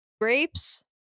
grapes